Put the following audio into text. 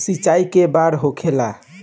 सिंचाई के बार होखेला?